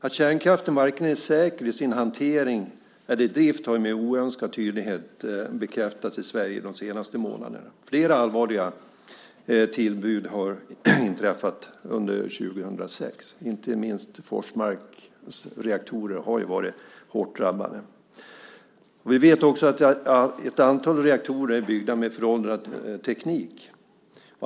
Att kärnkraften inte är säker i vare sig hantering eller drift har med oönskad tydlighet bekräftats i Sverige de senaste månaderna. Flera allvarliga tillbud har inträffat under 2006; inte minst Forsmarks reaktorer har varit hårt drabbade. Vi vet också att ett antal reaktorer är byggda med föråldrad teknik.